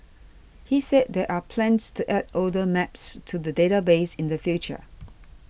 he said there are plans to add older maps to the database in the future